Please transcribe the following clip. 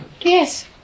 Yes